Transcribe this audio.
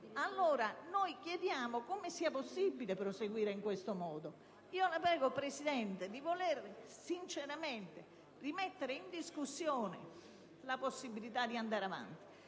allora come sia possibile proseguire in questo modo. Io la prego, signora Presidente, di voler sinceramente rimettere in discussione la possibilità di andare avanti.